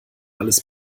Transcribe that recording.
alles